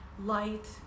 light